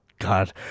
God